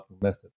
method